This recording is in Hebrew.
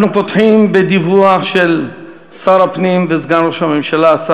אנחנו פותחים בדיווח של שר הפנים וסגן ראש הממשלה,